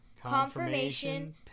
Confirmation